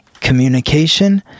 communication